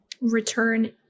return